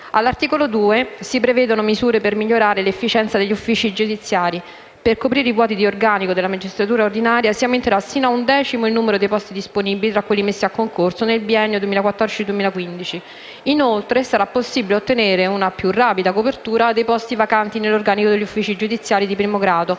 All'articolo 2 si prevedono misure per migliorare l'efficienza degli uffici giudiziari: per coprire i vuoti di organico della magistratura ordinaria, si aumenterà sino a un decimo il numero dei posti disponibili tra quelli messi a concorso nel biennio 2014-2015; inoltre, sarà possibile ottenere una più rapida copertura dei posti vacanti nell'organico degli uffici giudiziari di primo grado